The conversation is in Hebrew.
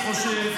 אני חושב,